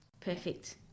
perfect